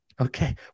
Okay